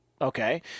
Okay